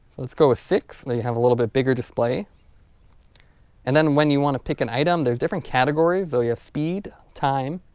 let's go with six so and you have a little bit bigger display and then when you want to pick an item there's different categories ah you have speed time